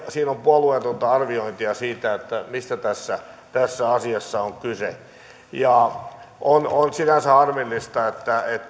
siinä on puolueetonta arviointia siitä mistä tässä tässä asiassa on kyse on on sinänsä harmillista että